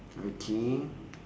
okay